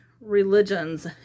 religions